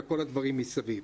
לכל הדברים מסביב.